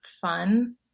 fun